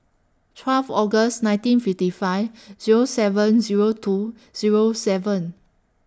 twelve August nineteen fifty five Zero seven Zero two Zero seven